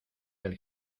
del